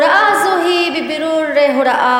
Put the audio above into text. הוראה זו היא בבירור הוראה